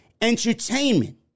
entertainment